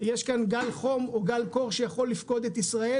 יש כאן גל חום או גל קור שיכול לפקוד את ישראל